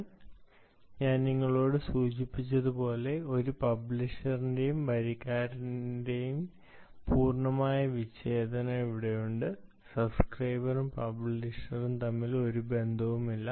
ഇപ്പോൾ ഞാൻ നിങ്ങളോട് സൂചിപ്പിച്ചതുപോലെ സബ്സ്ക്രൈബേറും പബ്ലിഷറും തമ്മിൽ ഒരു ബന്ധവുമില്ല